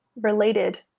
related